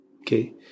Okay